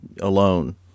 alone